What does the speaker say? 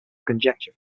conjecture